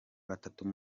batatu